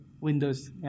windows